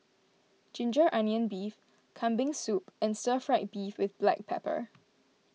Ginger Onions Beef Kambing Soup and Stir Fried Beef with Black Pepper